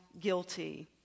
guilty